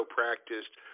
practiced